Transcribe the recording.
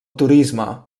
turisme